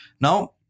Now